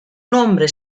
nombre